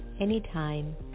anytime